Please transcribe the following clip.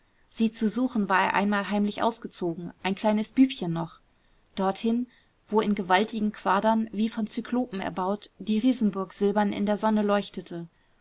sie zu suchen war er einmal heimlich ausgezogen ein kleines bübchen noch dorthin wo in gewaltigen quadern wie von zyklopen erbaut die riesenburg silbern in der sonne leuchtete